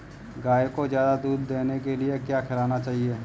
गाय को ज्यादा दूध देने के लिए क्या खिलाना चाहिए?